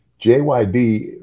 JYD